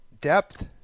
depth